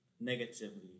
negatively